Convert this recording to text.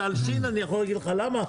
אני יכול להגיד לך למה?